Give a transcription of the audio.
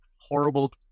horrible